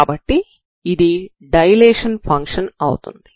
కాబట్టి ఇది dilation function అవుతుంది